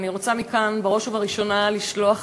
אני רוצה מכאן בראש ובראשונה לשלוח,